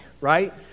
right